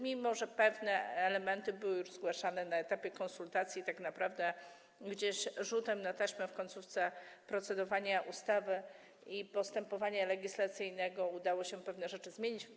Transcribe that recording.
Mimo że pewne elementy były już zgłaszane na etapie konsultacji, tak naprawdę rzutem na taśmę w końcówce procedowania nad projektem ustawy i postępowania legislacyjnego udało się pewne rzeczy zmienić.